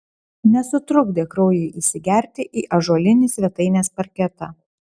nesutrukdė kraujui įsigerti į ąžuolinį svetainės parketą